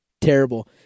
terrible